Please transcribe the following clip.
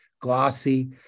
glossy